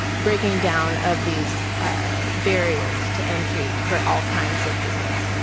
breaking down of these ah barriers to entry for all kinds of business.